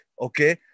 okay